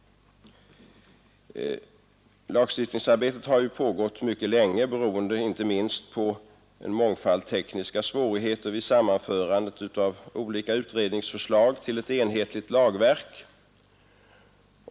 Lagstiftningsarbetet har pågått mycket länge, beroende inte minst på en mångfald tekniska svårigheter vid sammanförandet av olika utredningsförslag till ett enhetligt lagverk.